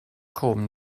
cwm